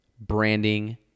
branding